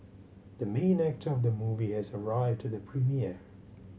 the main actor of the movie has arrived at the premiere